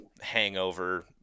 hangover